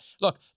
look